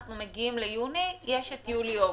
אנחנו מגיעים ליוני ויש את יולי אוגוסט.